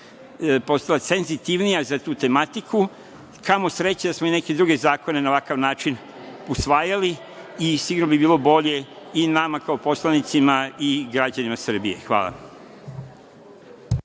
postala senzitivnija za tu tematiku. Kamo sreće da smo neke druge zakone na ovakav način usvajali. Sigurno bi bilo bolje i nama kao poslanicima i građanima Srbije. Hvala.